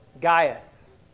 Gaius